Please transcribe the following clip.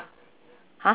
!huh!